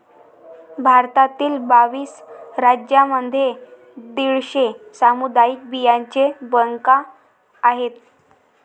भारतातील बावीस राज्यांमध्ये दीडशे सामुदायिक बियांचे बँका आहेत